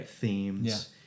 themes